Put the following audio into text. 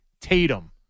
Tatum